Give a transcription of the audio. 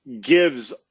gives